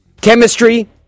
chemistry